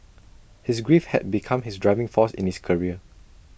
his grief had become his driving force in his career